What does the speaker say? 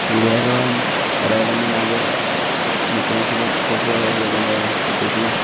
गिर्यारोहण करायला मी माझ्या मित्रांसोबत खूप वेळा गेलेलो आहे तसं की